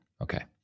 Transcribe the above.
Okay